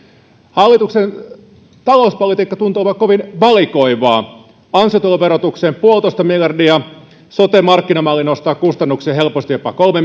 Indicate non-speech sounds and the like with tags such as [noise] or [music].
hallituksen talouspolitiikka tuntuu olevan kovin valikoivaa ansiotuloverotukseen yksi pilkku viisi miljardia sote markkinamalli nostaa kustannuksia helposti jopa kolme [unintelligible]